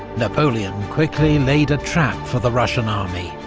napoleon quickly laid a trap for the russian army,